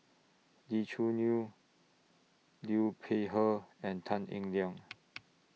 Lee Choo Neo Liu Peihe and Tan Eng Liang